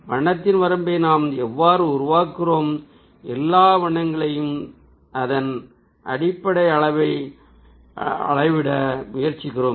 வண்ணத்தின் வரம்பை நாம் இவ்வாறு உருவாக்குகிறோம் எல்லா வண்ணங்களையும் இதன் அடிப்படையில் அளவிட முயற்சிக்கிறோம்